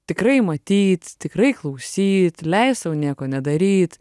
tikrai matyt tikrai klausyt leist sau nieko nedaryt